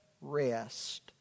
rest